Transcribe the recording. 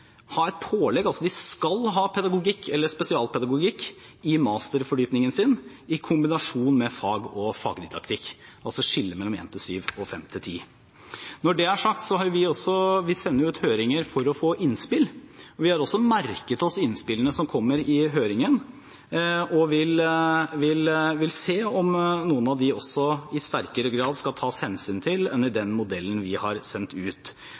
ha et pålegg. De skal altså ha pedagogikk eller spesialpedagogikk i masterfordypningen sin i kombinasjon med fag og fagdidaktikk, altså skille mellom 1–7 og 5–10. Når det er sagt, sender vi også ut høringer for å få innspill. Vi har merket oss innspillene som kommer i høringen, og vil se om noen av dem i sterkere grad skal tas hensyn til enn i den modellen vi har sendt ut.